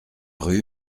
rue